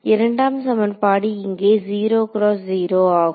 இரண்டாம் சமன்பாடு இங்கே ஆகும்